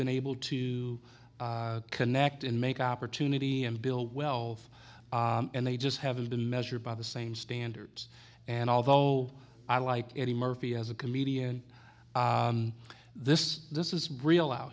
been able to connect and make opportunity and bill wealth and they just haven't been measured by the same standards and although i like eddie murphy as a comedian this this is real out